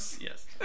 Yes